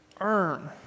earn